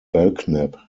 belknap